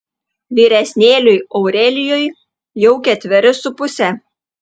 vyresnėliui aurelijui jau ketveri su puse